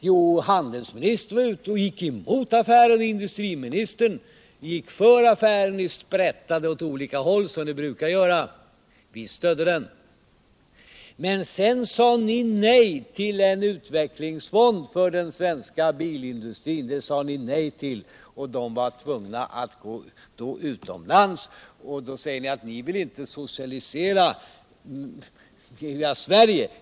Jo, handelsministern gick emot affären, medan industriministern var för affären. Ni sprättade åt olika håll som ni brukar göra. Vi stödde affären. Men sedan sade ni nej till en utvecklingsfond för den svenska bilindustrin, och man var då tvungen att gå utomlands. Ni säger att ni inte vill socialisera hela Sverige.